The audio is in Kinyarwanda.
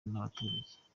n’abaturage